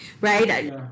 right